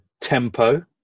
tempo